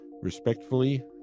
Respectfully